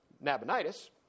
Nabonidus